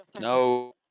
no